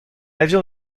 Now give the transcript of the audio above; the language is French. l’avion